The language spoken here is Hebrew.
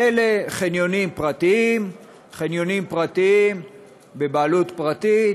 אלה חניונים פרטיים, חניונים פרטיים בבעלות פרטית.